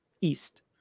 east